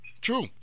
true